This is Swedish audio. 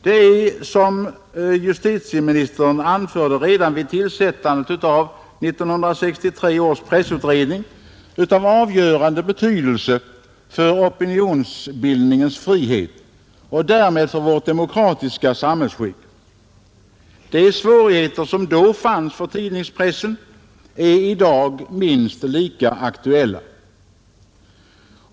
Det är — som justitieministern anförde vid tillsättandet av 1963 års pressutredning — av avgörande betydelse för opinionsbildningens frihet och därmed för vårt demokratiska samhällsskick. De svårigheter som då fanns för tidningspressen är i dag minst lika aktuella.